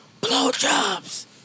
blowjobs